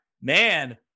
man